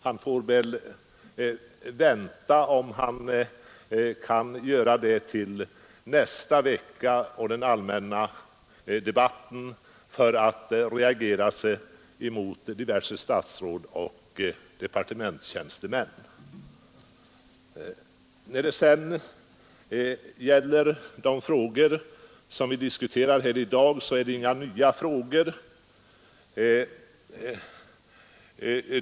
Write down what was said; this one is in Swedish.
Han får väl vänta, om han kan göra det, till nästa vecka och den allmänna debatten för att avreagera sig mot diverse statsråd och departementstjänstemän. De frågor vi i dag diskuterar är inga nya frågor.